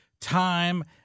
time